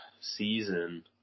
season